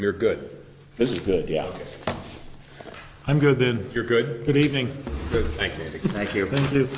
you're good this is good yeah i'm go then you're good good evening thank you thank you